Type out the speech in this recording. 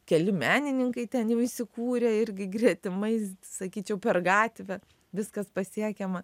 keli menininkai ten jau įsikūrė irgi gretimais sakyčiau per gatvę viskas pasiekiama